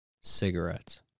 cigarettes